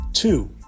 Two